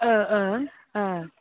अ अ